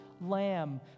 lamb